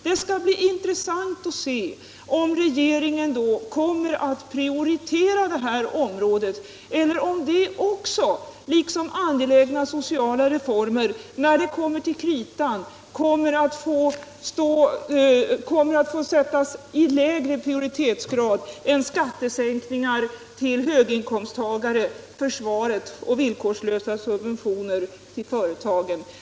Det skall bli intressant att se om regeringen kommer att prioritera det här området eller om det också, liksom angelägna sociala reformer, kommer att få sättas i lägre prioritetsgrad än skattesänkningar till höginkomsttagare, anslag till försvaret och villkorslösa subventioner till företagen.